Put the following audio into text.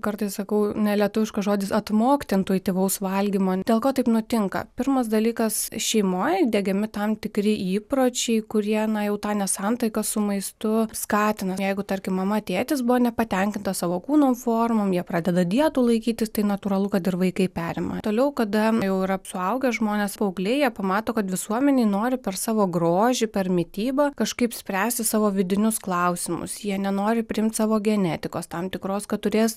kartais sakau nelietuviškas žodis atmokti intuityvaus valgymo dėl ko taip nutinka pirmas dalykas šeimoj diegiami tam tikri įpročiai kurie na jau tą nesantaiką su maistu skatina jeigu tarkim mama tėtis buvo nepatenkintos savo kūno formom jie pradeda dietų laikytis tai natūralu kad ir vaikai perima toliau kada jau yra suaugę žmonės paaugliai jie pamato kad visuomenė nori per savo grožį per mitybą kažkaip spręsti savo vidinius klausimus jie nenori priimt savo genetikos tam tikros kad turės